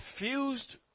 Refused